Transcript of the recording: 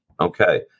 okay